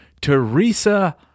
Teresa